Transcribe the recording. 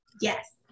Yes